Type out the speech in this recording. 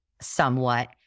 somewhat